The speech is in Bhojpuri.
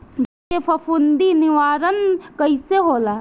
बीज के फफूंदी निवारण कईसे होला?